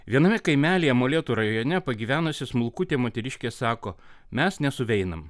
viename kaimelyje molėtų rajone pagyvenusi smulkutė moteriškė sako mes nesuveinam